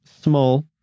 Small